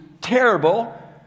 terrible